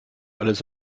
alles